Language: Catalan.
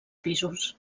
pisos